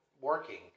working